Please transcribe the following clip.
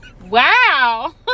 wow